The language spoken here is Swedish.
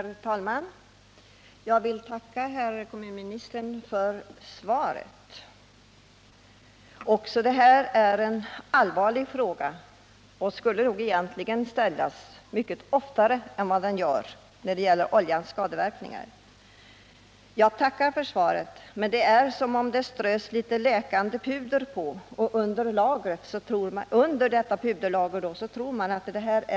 Herr talman! Jag vill tacka herr kommunministern för svaret på min fråga. Också detta är en allvarlig angelägenhet, och det borde nog egentligen oftare ställas frågor om oljeutsläppens skadeverkningar. Svaret för dock tanken till sårbehandling med sårpuder — under pulvret finns ändå såret kvar.